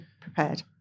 prepared